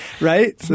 right